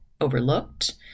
overlooked